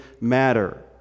matter